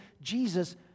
Jesus